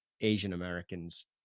Asian-Americans